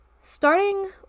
Starting